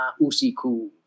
Usiku